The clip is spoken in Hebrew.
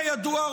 כידוע,